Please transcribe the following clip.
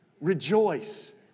rejoice